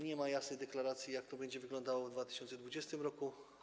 Nie ma jasnej deklaracji, jak to będzie wyglądało w 2020 r.